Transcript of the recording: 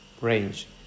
range